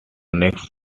next